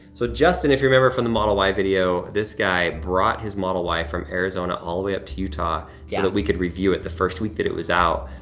so justin, if you remember from the model y video, this guy brought his model y from arizona all the way up to utah yeah. so that we could review it the first week that it was out.